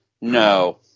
No